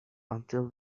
until